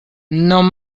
non